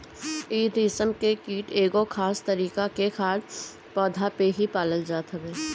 इ रेशम के कीट एगो खास तरीका के खाद्य पौधा पे ही पालल जात हवे